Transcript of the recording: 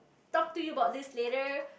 talk to you about this later